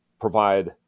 provide